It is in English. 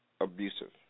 abusive